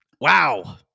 Wow